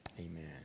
Amen